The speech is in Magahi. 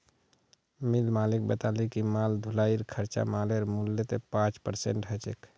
मिल मालिक बताले कि माल ढुलाईर खर्चा मालेर मूल्यत पाँच परसेंट ह छेक